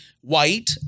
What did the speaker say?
White